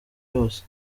yose